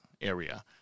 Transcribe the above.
area